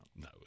no